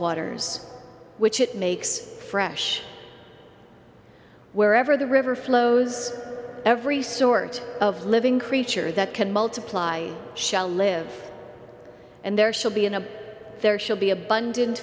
waters which it makes fresh wherever the river flows every sort of living creature that can multiply shall live and there shall be a there shall be abundant